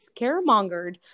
scaremongered